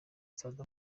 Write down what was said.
stade